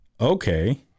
okay